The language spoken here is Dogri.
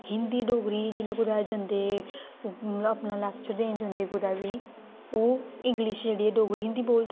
हिन्दी डोगरी जिल्लै कुतै जंदे मतलब अपना लैक्चर देन जंदे कुतै बी ओह् इंग्लिश जेह्ड़ी ऐ डोगरी हिन्दी बोलदे